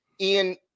Ian